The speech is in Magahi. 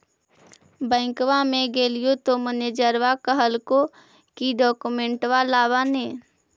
बैंकवा मे गेलिओ तौ मैनेजरवा कहलको कि डोकमेनटवा लाव ने?